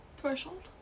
Threshold